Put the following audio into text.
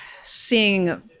seeing